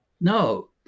No